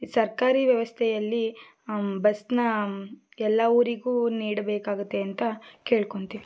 ಸರ್ಕಾರಿ ವ್ಯವಸ್ಥೆಯಲ್ಲಿ ಬಸ್ಸನ್ನ ಎಲ್ಲ ಊರಿಗೂ ನೀಡಬೇಕಾಗತ್ತೆ ಅಂತ ಕೇಳ್ಕೊತೀವಿ